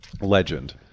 legend